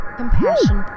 compassion